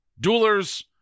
Duelers